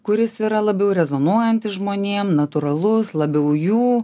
kuris yra labiau rezonuojantis žmonėm natūralus labiau jų